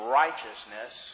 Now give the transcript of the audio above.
righteousness